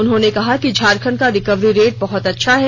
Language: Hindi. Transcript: उन्होंने कहा कि झारखंड का रिकवरी रेट बहत अच्छा है